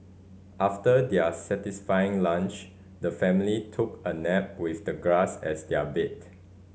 after their satisfying lunch the family took a nap with the grass as their bed